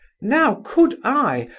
now, could i,